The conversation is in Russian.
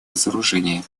разоружения